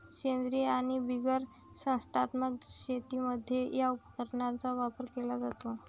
सेंद्रीय आणि बिगर संस्थात्मक शेतीमध्ये या उपकरणाचा वापर केला जातो